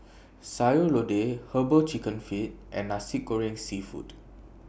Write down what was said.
Sayur Lodeh Herbal Chicken Feet and Nasi Goreng Seafood